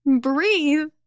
breathe